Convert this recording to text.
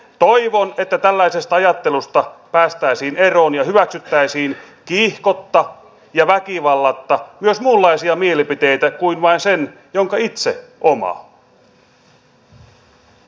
toivon että tällaisesta ajattelusta päästäisiin eroon ja hyväksyttäisiin kiihkotta ja väkivallatta myös muunlaisia mielipiteitä kuin vain se jonka itse omaa